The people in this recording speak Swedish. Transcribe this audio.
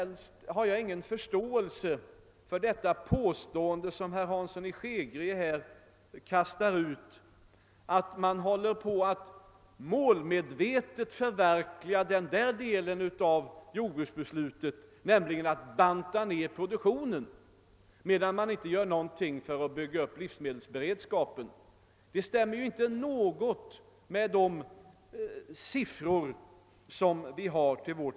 Därför har jag ingen förståelse för herr Hansson i Skegrie, när han säger att regeringen målmedvetet håller på att förverkliga den del av 1967 års riksdagsbeslut som handlade om en nedbantning av jordbruksproduktionen, medan vi inte har gjort någonting för att bygga upp livsmedelsberedskapen. Det påståendet stämmer inte alls med föreliggande siffror.